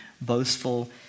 boastful